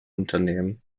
unternehmen